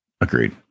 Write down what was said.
Agreed